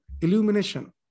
illumination